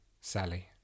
Sally